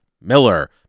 Miller